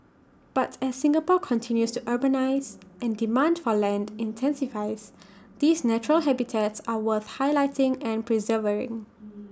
but as Singapore continues to urbanise and demand for land intensifies these natural habitats are worth highlighting and preserving